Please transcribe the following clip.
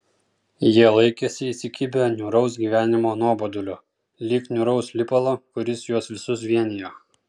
jie laikėsi įsikibę niūraus gyvenimo nuobodulio lyg niūraus lipalo kuris juos visus vienijo